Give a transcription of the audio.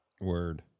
Word